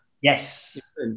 Yes